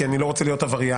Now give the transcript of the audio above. כי אני לא רוצה להיות עבריין,